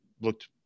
looked